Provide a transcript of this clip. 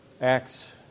acts